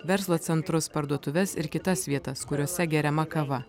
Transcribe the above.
verslo centrus parduotuves ir kitas vietas kuriose geriama kava